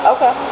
Okay